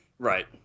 Right